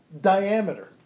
diameter